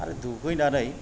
आरो दुगैनानै